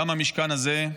גם המשכן הזה.